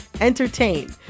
entertain